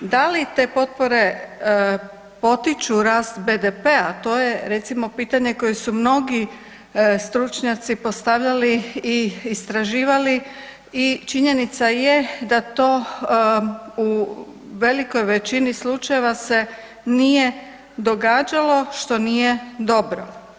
Da li te potpore potiču rast BDP a to je recimo pitanje koje su mnogi stručnjaci postavljali i istraživali i činjenica je da to u velikoj većini slučajeva se nije događalo što nije dobro.